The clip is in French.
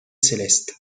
céleste